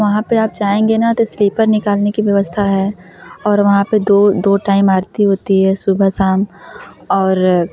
वहाँ पर आप जाएँगे न तो स्लीपर निकालने की व्यवस्था है और वहाँ पर दो दो टाइम आरती होती है सुबह शाम और